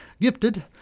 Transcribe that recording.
Gifted